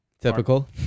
typical